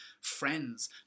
friends